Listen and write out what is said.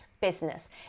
business